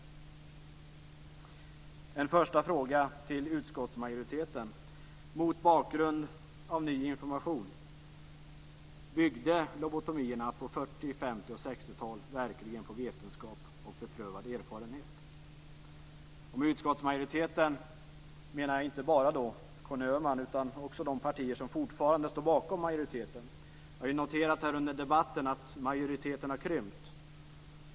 Jag har en första fråga till utskottsmajoriteten. Kan man mot bakgrund av ny information verkligen säga att lobotomierna på 40-, 50 och 60-talen byggde på vetenskap och beprövad erfarenhet? Med utskottsmajoriteten menar jag inte bara Conny Öhman, utan också de partier som fortfarande står bakom majoriteten. Jag har noterat under debatten att majoriteten har krympt.